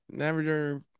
Average